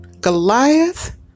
Goliath